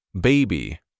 Baby